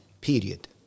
period